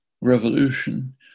revolution